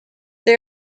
they